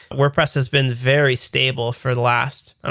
wordpress has been very stable for the last ah